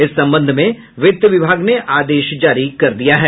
इस संबंध में वित्त विभाग ने आदेश जारी कर दिया है